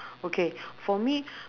okay for me